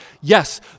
Yes